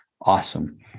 Awesome